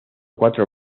cuatro